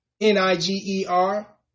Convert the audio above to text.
N-I-G-E-R